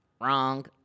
Wrong